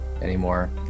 anymore